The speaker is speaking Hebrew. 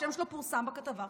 השם שלו פורסם בכתבה,